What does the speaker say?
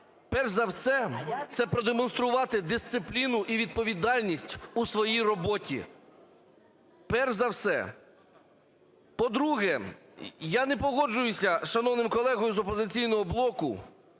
Перш за все, це продемонструвати дисципліну і відповідальність у своїй роботі, перш за все. По-друге, я не погоджуюсь з шановним колегою з "Опозиційного блоку",